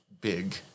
big